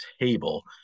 table